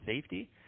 safety